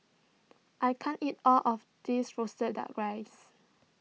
I can't eat all of this Roasted Duck Rice